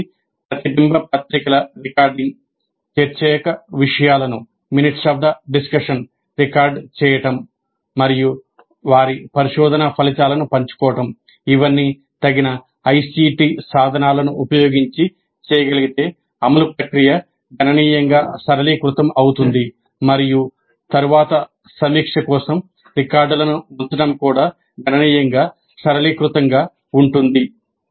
ప్రత్యేకించి ప్రతిబింబ పత్రికల రికార్డింగ్ చర్చ యొక్క విషయాలను ఉపయోగించి చేయగలిగితే అమలు ప్రక్రియ గణనీయంగా సరళీకృతం అవుతుంది మరియు తరువాత సమీక్ష కోసం రికార్డులను ఉంచడం కూడా గణనీయంగా సరళీకృతం గా ఉంటుంది